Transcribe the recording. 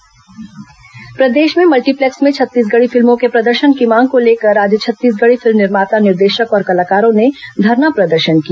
multiplex प्रदर्शन प्रदेश के मल्टीप्लेक्स में छत्तीसगढ़ी फिल्मों के प्रदर्शन की मांग को लेकर आज छत्तीसगढ़ी फिल्म निर्माता निर्देशक और कलाकारों ने धरना प्रदर्शन किया